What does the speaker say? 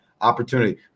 Opportunity